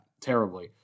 terribly